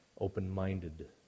open-minded